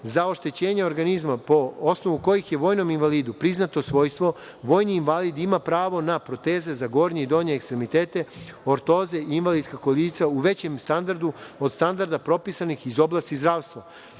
za oštećenje organizma, po osnovu kojih je vojnom invalidu priznato svojstvo, vojni invalid ima pravo na proteze za gornje i donje ekstremitete, ortoze, invalidska kolica u većem standardu od standarda propisanih iz oblasti zdravstva